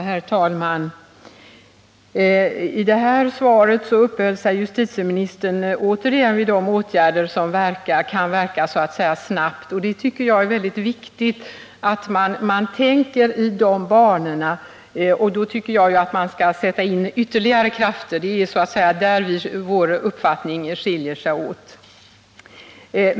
Herr talman! I det senaste svaret uppehöll sig justitieministern återigen vid de åtgärder som kan verka snabbt. Jag tycker att det är väldigt viktigt att man tänker i de banorna. Men jag tycker att man skall sätta in ytterligare krafter — det är där som våra uppfattningar skiljer sig åt.